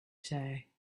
say